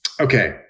Okay